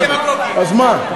אז מה?